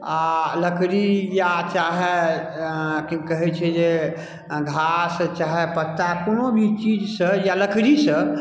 आओर लकड़ी या चाहे अऽ कि कहै छै जे अऽ घास चाहे पत्ता कोनो भी चीजसँ या लकड़ीसँ